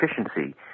efficiency